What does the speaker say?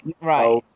Right